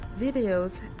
videos